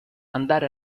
andare